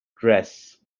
dress